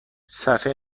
صحفه